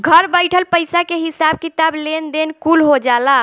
घर बइठल पईसा के हिसाब किताब, लेन देन कुल हो जाला